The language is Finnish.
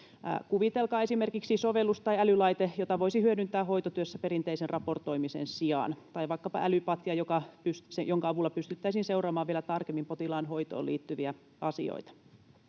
Kuvitelkaa esimerkiksi sovellus tai älylaite, jota voisi hyödyntää hoitotyössä perinteisen raportoimisen sijaan, tai vaikkapa älypatja, jonka avulla pystyttäisiin seuraamaan vielä tarkemmin potilaan hoitoon liittyviä asioita.